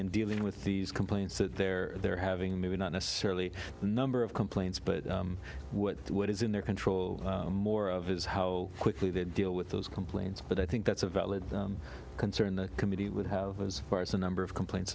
and dealing with these complaints that they're they're having maybe not necessarily the number of complaints but what is in their control more of his how quickly they deal with those complaints but i think that's a valid concern the committee would have as far as the number of complaints